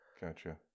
Gotcha